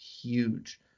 huge